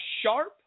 sharp